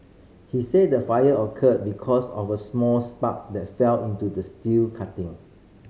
he said the fire occurred because of a small spark that fell into the steel cutting